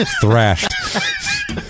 thrashed